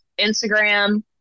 Instagram